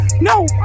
no